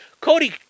cody